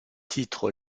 titres